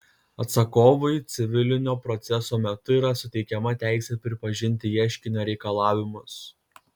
atsakovui civilinio proceso metu yra suteikiama teisė pripažinti ieškinio reikalavimus